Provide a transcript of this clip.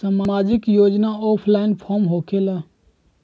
समाजिक योजना offline form होकेला?